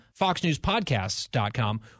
FoxNewsPodcasts.com